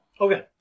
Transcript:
Okay